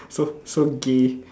so so gay